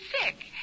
sick